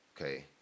Okay